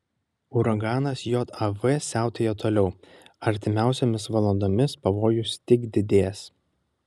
uraganas jav siautėja toliau artimiausiomis valandomis pavojus tik didės